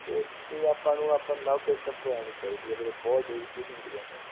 ਇੱਥੇ ਆਪਾਂ ਨੂੰ ਆਪਾਂ ਨਵ ਬੇਕਰਸ ਤੋਂ ਲੈਣੀ ਚਾਹੀਦੀ ਹੈ ਵੀਰੇ ਬਹੁਤ ਡਿਲੀਸ਼ੀਅਸ ਹੁੰਦੀ ਹੈ ਉਹਨਾਂ ਦੀ